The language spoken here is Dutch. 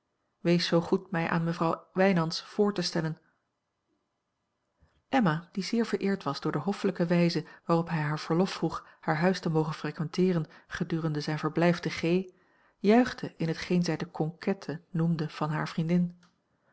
wees zoo goed mij aan mevrouw wijnands voor te stellen emma die zeer vereerd was door de hoffelijke wijze waarop hij haar verlof vroeg haar huis te mogen frequenteeren gedurende zijn verblijf te g juichte in hetgeen zij de conquête noemde van hare vriendin